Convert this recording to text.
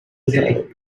desired